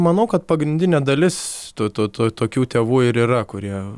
manau kad pagrindinė dalis to to to tokių tėvų ir yra kurie